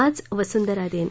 आज वसुंधरा दिन